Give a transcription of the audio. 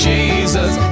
Jesus